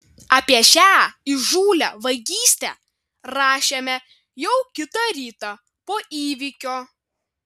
apie šią įžūlią vagystę rašėme jau kitą rytą po įvykio